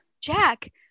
Jack